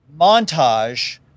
montage